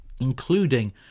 including